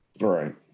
Right